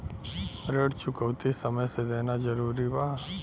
ऋण चुकौती समय से देना जरूरी बा?